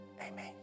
Amen